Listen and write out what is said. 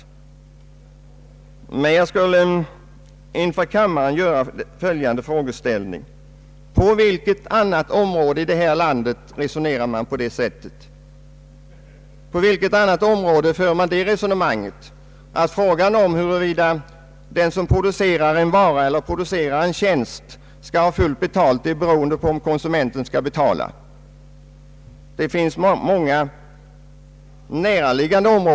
Men jag vill fråga kammaren: På vilket annat område i detta land resonerar man på det sättet? På vilket annat område för man det resonemanget att frågan om huruvida den som producerar en vara eller en tjänst skall få fullt betalt skall avgöras av vad konsumenterna kan betala och då de sämst ställda?